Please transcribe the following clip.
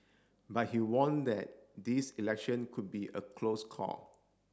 but he warned that this election could be a close call